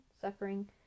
suffering